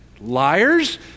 Liars